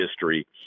history